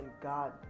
God